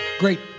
great